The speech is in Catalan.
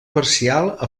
parcial